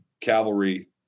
Cavalry